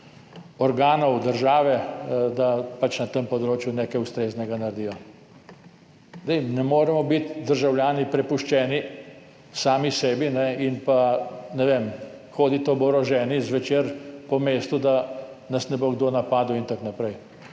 organov države, da na tem področju naredijo nekaj ustreznega. Ne moremo biti državljani prepuščeni sami sebi in, ne vem, hoditi oboroženi zvečer po mestu, da nas ne bo kdo napadel in tako naprej.